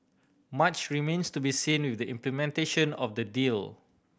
much remains to be seen with the implementation of the deal